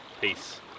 Peace